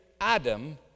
Adam